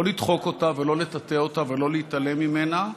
לא לדחוק אותה ולא לטאטא אותה ולא להתעלם ממנה,